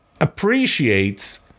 appreciates